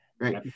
great